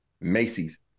Macy's